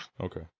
Okay